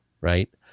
right